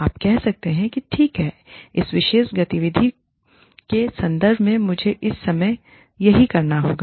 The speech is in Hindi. आप कह सकते हैं ठीक है इस विशेष गतिविधि के संदर्भ में मुझे इस समययही करना होगा